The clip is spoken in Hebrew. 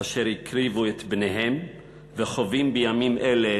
אשר הקריבו את בניהן וחוות בימים אלה